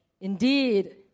indeed